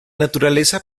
naturaleza